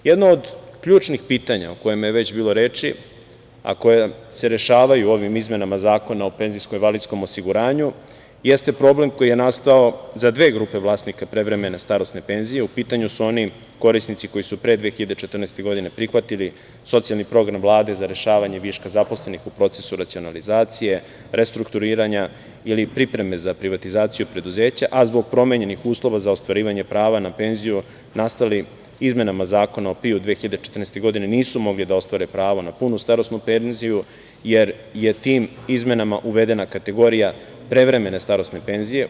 Jedno od ključnih pitanja o kojima je već bilo reči, a koja se rešavaju ovim izmenama Zakona o PIO jeste problem koji je nastao za dve grupe vlasnika prevremene starosne penzije, u pitanju su oni korisnici koji su pre 2014. godine prihvatili socijalni program Vlade za rešavanje viška zaposlenih u procesu racionalizacije, restrukturiranja ili pripreme za privatizaciju preduzeća, a zbog promenjenih uslova za ostvarivanje prava na penziju, nastali izmenama Zakona o PIO 2014. godine, nisu mogli da ostvare pravo na punu starosnu penziju, jer je tim izmenama uvedena kategorija prevremene starosne penzije.